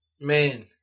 Man